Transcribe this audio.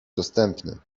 dostępny